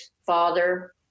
father